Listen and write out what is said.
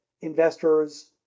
investors